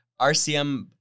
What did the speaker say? RCM